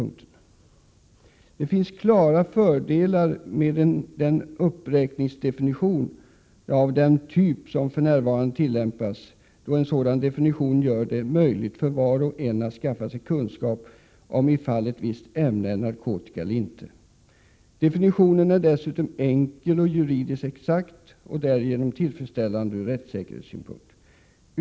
Utskottet gjorde bedömningen ”att det fanns klara fördelar med en uppräkningsdefinition av Prot. 1987/88:115 den typ som för närvarande tillämpas då en sådan definition gör att det är 5 maj 1988 möjligt för var och en att skaffa sig kunskap om ifall ett visst ämne är narkotika eller inte. Definitionen är dessutom enkel och juridiskt exakt och därigenom tillfredsställande ur rättssäkerhetssynpunkt.